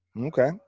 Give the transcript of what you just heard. Okay